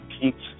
keeps